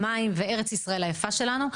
המים ואת ארץ ישראל היפה שלנו.